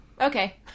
okay